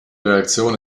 reaktion